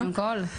כל הכבוד קודם כל.